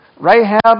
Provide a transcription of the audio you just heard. Rahab